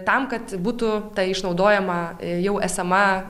tam kad būtų išnaudojama jau esama